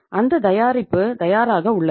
அந்த தயாரிப்பு தயாராக உள்ளது